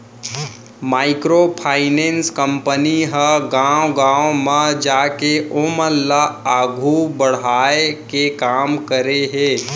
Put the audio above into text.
micro finance company ह गाँव गाँव म जाके ओमन ल आघू बड़हाय के काम करे हे